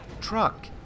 truck